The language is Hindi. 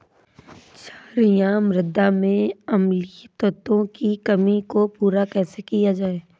क्षारीए मृदा में अम्लीय तत्वों की कमी को पूरा कैसे किया जाए?